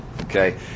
Okay